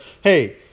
hey